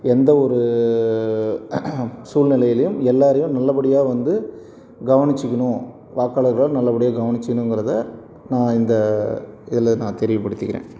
எந்த ஒரு சூழ்நிலையிலும் எல்லோரையும் நல்லபடியாக வந்து கவனிச்சிக்கணும் வாக்காளர்கள் நல்லபடியாக கவனிச்சிக்கணுங்கிறத நான் இந்த இதில் நான் தெரிவு படுத்திக்கிறேன்